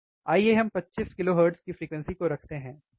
आइए हम 25 kHz की फ़्रीक्वेन्शी को रखते हैं ठीक